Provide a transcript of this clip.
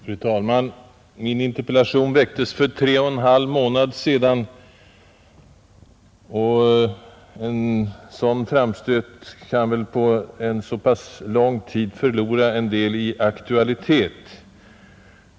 Fru talman! Min interpellation väcktes för tre och en halv månad sedan, och en sådan framstöt kan väl på en så pass lång tid förlora en del i aktualitet.